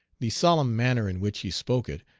the solemn manner in which he spoke it,